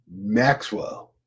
Maxwell